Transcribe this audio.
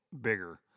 bigger